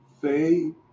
faith